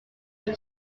were